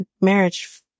marriage